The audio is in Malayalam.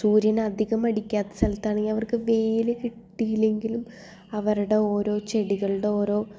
സൂര്യൻ അധികം അടിക്കാത്ത സ്ഥലത്താണെങ്കിലും അവർക്ക് വെയിൽ കിട്ടിയില്ലെങ്കിലും അവരുടെ ഓരോ ചെടികളുടെ ഓരോ